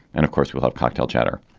and, of course, we'll have cocktail chatter.